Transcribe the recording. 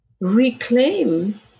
reclaim